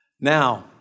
Now